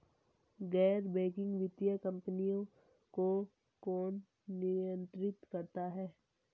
गैर बैंकिंग वित्तीय कंपनियों को कौन नियंत्रित करता है?